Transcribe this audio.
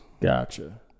Gotcha